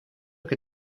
que